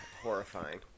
horrifying